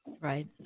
Right